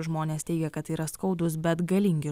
žmonės teigia kad tai yra skaudus bet galingi